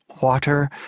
water